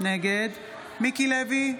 נגד מיקי לוי,